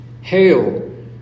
Hail